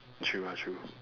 true lah true